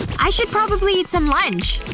i should probably eat some lunch.